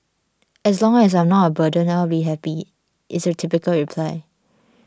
as long as I am not a burden I will be happy is a typical reply